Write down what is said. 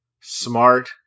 smart